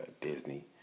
Disney